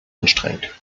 anstrengend